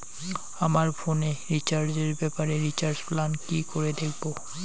আমার ফোনে রিচার্জ এর ব্যাপারে রিচার্জ প্ল্যান কি করে দেখবো?